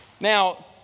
Now